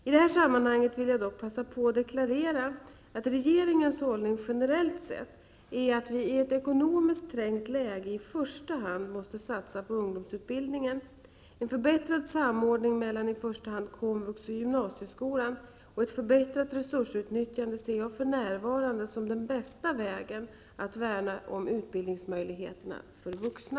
I det här sammanhanget vill jag dock passa på att deklarera att regeringens hållning -- generellt sett -- är, att vi i ett ekonomiskt trängt läge i första hand måste satsa på ungdomsutbildningen. En förbättrad samordning mellan i första hand komvux och gymnasieskolan och ett förbättrat resursutnyttjande ser jag för närvarande som den bästa vägen att värna om utbildningsmöjligheterna för vuxna.